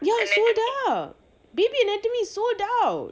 ya it's sold out baby anatomy is sold out